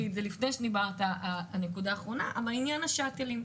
לעניין השאטלים,